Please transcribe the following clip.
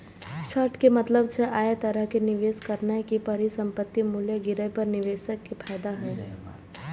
short के मतलब छै, अय तरहे निवेश करनाय कि परिसंपत्तिक मूल्य गिरे पर निवेशक कें फायदा होइ